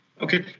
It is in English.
Okay